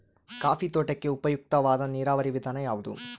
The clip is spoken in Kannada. ಕಾಫಿ ತೋಟಕ್ಕೆ ಉಪಯುಕ್ತವಾದ ನೇರಾವರಿ ವಿಧಾನ ಯಾವುದು?